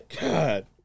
God